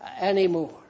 anymore